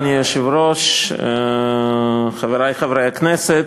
אדוני היושב-ראש, חברי חברי הכנסת,